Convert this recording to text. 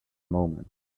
moment